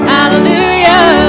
Hallelujah